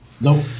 Nope